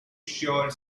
sure